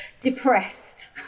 Depressed